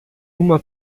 uma